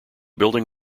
building